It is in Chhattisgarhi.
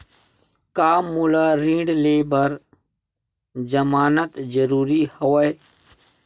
का मोला ऋण ले बर जमानत जरूरी हवय?